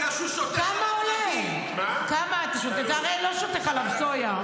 בגלל שהוא שותה חלב --- אתה הרי לא שותה חלב סויה.